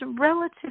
relative